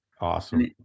Awesome